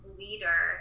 leader